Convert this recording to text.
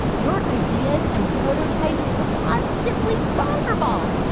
your ideas and prototypes were positively bonkerballs.